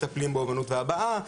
מטפלים באומנות והבעה,